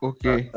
Okay